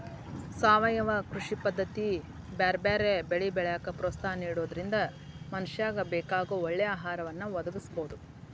ಸಾವಯವ ಕೃಷಿ ಪದ್ದತಿ ಬ್ಯಾರ್ಬ್ಯಾರೇ ಬೆಳಿ ಬೆಳ್ಯಾಕ ಪ್ರೋತ್ಸಾಹ ನಿಡೋದ್ರಿಂದ ಮನಶ್ಯಾಗ ಬೇಕಾಗೋ ಒಳ್ಳೆ ಆಹಾರವನ್ನ ಒದಗಸಬೋದು